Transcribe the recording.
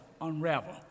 unravel